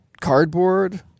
cardboard